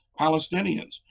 Palestinians